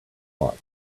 plot